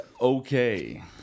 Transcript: okay